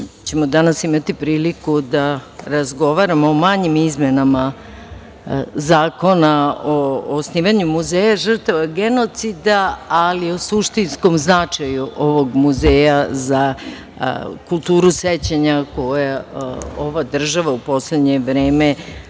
ćemo danas imati priliku da razgovaramo o manjim izmenama Zakona o osnivanju Muzeja žrtava genocida, ali o suštinskom značaju ovog muzeja za kulturu sećanja koje ova država u poslednje vreme